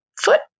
foot